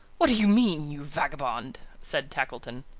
what do you mean, you vagabond? said tackleton.